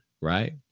Right